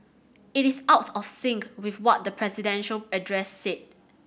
it is out of sync with what the presidential address said